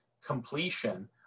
completion